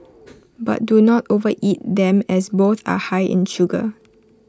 but do not overeat them as both are high in sugar